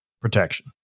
protection